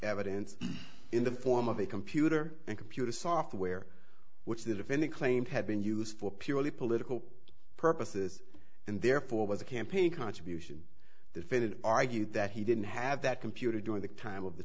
evidence in the form of a computer and computer software which the defendant claimed had been used for purely political purposes and therefore was a campaign contribution defendant argued that he didn't have that computer doing the time of the